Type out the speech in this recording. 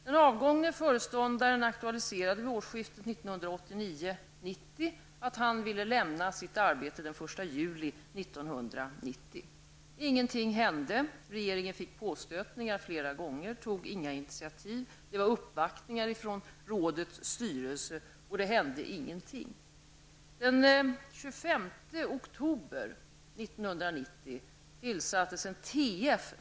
Den avgångne föreståndaren aktualiserade vid årsskiftet 1989/90 att han ville lämna sitt arbete den 1 juli 1990. Ingenting hände. Regeringen fick påstötningar flera gånger men tog inga initiativ. Det var uppvaktningar från rådets styrelse, och det hände ingenting. Den 25 oktober 1990 tillsattes en t.f.